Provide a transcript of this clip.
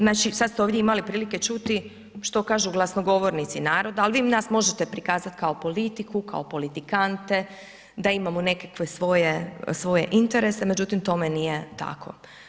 Znači, sad ste ovdje imali prilike čuti što kažu glasnogovornici naroda, ali vi nas možete prikazati kao politiku, kao politikante, da imamo nekakve svoje interese, međutim, tome nije tako.